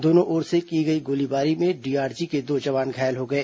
दोनों ओर से हई गोलीबारी में डीआरजी के दो जवान घायल हो गए